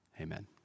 Amen